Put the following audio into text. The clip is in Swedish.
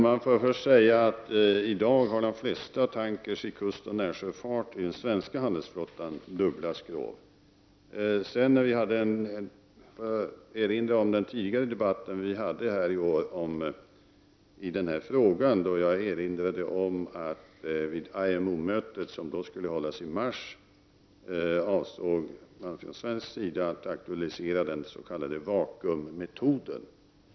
Fru talman! Först och främst vill jag säga att de flesta tankrar inom den svenska handelsflottan i kustoch närsjöfart i dag har dubbla skrov. Sedan vill jag hänvisa till en tidigare debatt här i vår i denna fråga, då jag erinrade om att man från svensk sida avsåg att vid IMO-mötet i mars aktualisera den s.k. vakuummetoden.